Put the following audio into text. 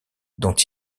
dont